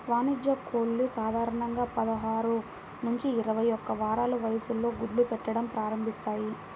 వాణిజ్య కోళ్లు సాధారణంగా పదహారు నుంచి ఇరవై ఒక్క వారాల వయస్సులో గుడ్లు పెట్టడం ప్రారంభిస్తాయి